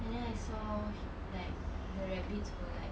and then I saw like the rabbits were like